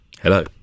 hello